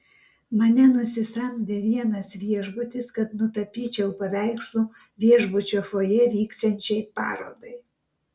mane nusisamdė vienas viešbutis kad nutapyčiau paveikslų viešbučio fojė vyksiančiai parodai